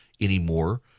anymore